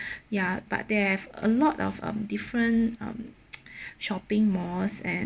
ya but there have a lot of um different um shopping malls and